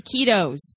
taquitos